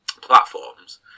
platforms